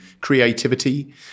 creativity